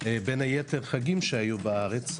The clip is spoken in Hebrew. בין היתר חגים שהיו בארץ.